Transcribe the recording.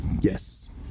Yes